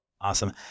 Awesome